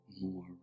more